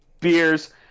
beers